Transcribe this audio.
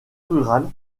rurale